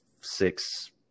six